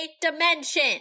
dimension